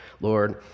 Lord